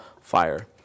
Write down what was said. fire